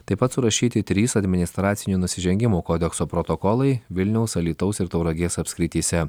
taip pat surašyti trys administracinių nusižengimų kodekso protokolai vilniaus alytaus ir tauragės apskrityse